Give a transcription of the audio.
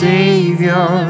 Savior